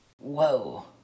Whoa